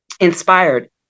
inspired